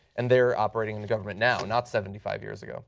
and they are operating in the government now not seventy five years ago.